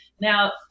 Now